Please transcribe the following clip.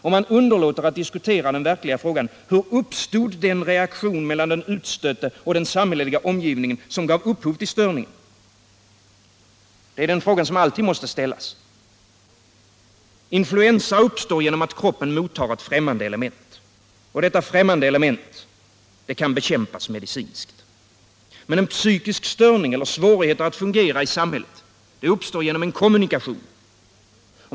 Och man underlåter att diskutera den verkliga frågan: Hur uppstod den reaktion mellan den utstötte och den samhälleliga omgivningen som gav upphov till störningen? Det är den frågan som alltid måste ställas. Influensa uppstår genom att kroppen mottar ett främmande element. Detta främmande element kan bekämpas medicinskt. Men en psykisk störning eller svårigheter att fungera i samhället uppstår genom en kommunikation.